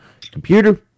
computer